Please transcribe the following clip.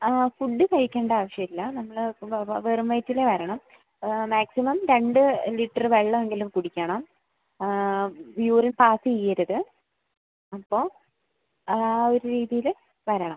ആ ഫുഡ് കഴിക്കേണ്ട ആവശ്യം ഇല്ല നമ്മള് വ വ വെറും വയറ്റില് വരണം മാക്സിമം രണ്ട് ലിറ്ററ് വെള്ളം എങ്കിലും കുടിക്കണം യൂറിൻ പാസ് ചെയ്യരുത് അപ്പോൾ ആ ഒര് രീതിയിൽ വരണം